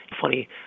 funny